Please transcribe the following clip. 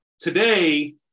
today